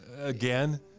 again